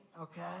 Okay